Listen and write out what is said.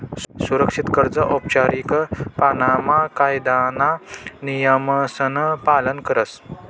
सुरक्षित कर्ज औपचारीक पाणामा कायदाना नियमसन पालन करस